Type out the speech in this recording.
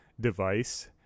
device